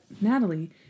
Natalie